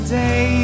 day